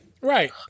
right